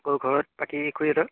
আকৌ ঘৰত বাকী খুুৰীহঁতৰ